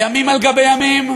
ימים על גבי ימים,